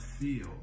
feel